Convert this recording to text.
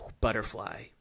Butterfly